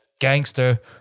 gangster